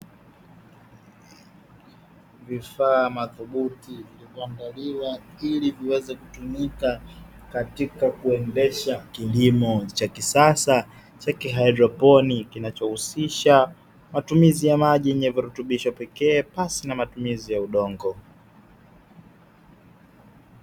Vifaa madhubuti vilivyoandaliwa ili viweze kutumika katika kuendesha kilimo cha kisasa cha kihaidroponi, kinachohusisha matumizi ya maji yenye virutubisho pekee pasi na matumizi ya udongo.